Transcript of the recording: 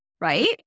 right